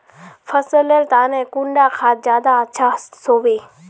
फसल लेर तने कुंडा खाद ज्यादा अच्छा सोबे?